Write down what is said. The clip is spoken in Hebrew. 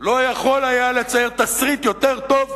לא יכול היה לייצר תסריט יותר טוב,